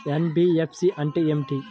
NBFC అంటే ఏమిటి?